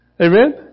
Amen